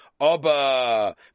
Oba